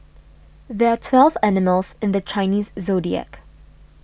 there are twelve animals in the Chinese zodiac